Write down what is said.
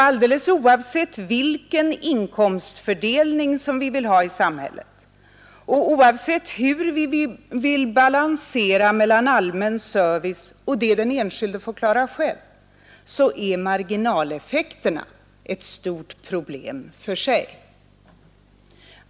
Alldeles oavsett vilken inkomstfördelning vi vill ha i samhället och oavsett hur vi vill balansera mellan allmän service och det den enskilde får klara själv, är marginaleffekterna ett stort problem för sig.